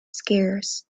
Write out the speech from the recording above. scarce